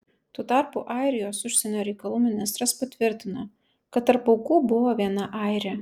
tuo tarpu airijos užsienio reikalų ministras patvirtino kad tarp aukų buvo viena airė